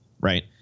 right